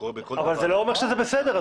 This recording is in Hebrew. אבל זה לא אומר שזה בסדר.